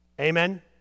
Amen